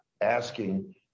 asking